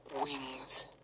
wings